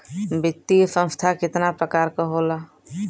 वित्तीय संस्था कितना प्रकार क होला?